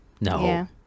No